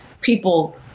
people